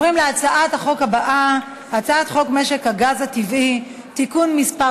הצעת חוק הרשויות המקומיות (בחירת ראש הרשות וסגניו וכהונתם) (תיקון מס'